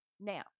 Now